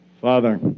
Father